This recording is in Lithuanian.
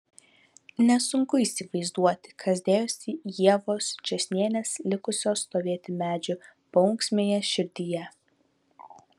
nesunku įsivaizduoti kas dėjosi ievos čėsnienės likusios stovėti medžių paunksmėje širdyje